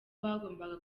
bagombaga